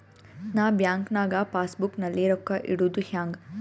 ನಾ ಬ್ಯಾಂಕ್ ನಾಗ passbook ನಲ್ಲಿ ರೊಕ್ಕ ಇಡುದು ಹ್ಯಾಂಗ್?